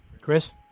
Chris